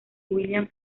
william